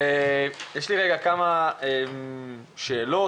יש לי כמה שאלות.